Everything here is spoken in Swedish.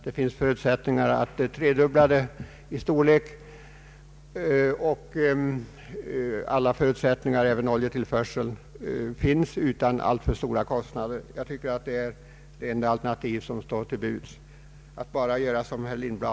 Det finns förutsättningar för att tredubbla dess storlek och andra förutsättningar, även oljetillförsel, föreligger utan alltför stora kostnader. Jag tycker det är det enda alternativ som står till buds.